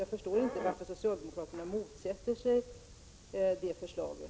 Jag förstår inte varför socialdemokraterna motsätter sig det förslaget.